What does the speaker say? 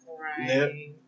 Right